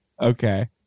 Okay